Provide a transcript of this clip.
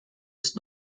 ist